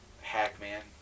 Hackman